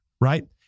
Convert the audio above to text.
Right